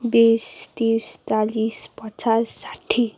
बिस तिस चालिस पचास साठी